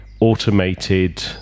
automated